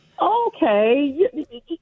okay